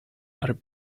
are